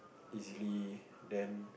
easily then